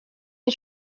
est